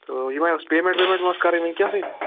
تہٕ یہِ ما ٲس پیٚمنٛٹ ویٚمنٛٹ ما ٲس کَرٕنۍ وُنکیٚنسٕے